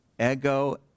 ego